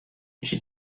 j’ai